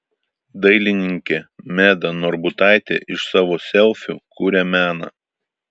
dailininkė meda norbutaitė iš savo selfių kuria meną